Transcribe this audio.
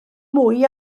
mwy